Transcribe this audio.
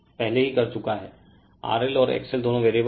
पहले ही कर चुका है RL और XL दोनों वेरिएबल हैं